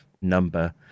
number